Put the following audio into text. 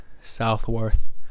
Southworth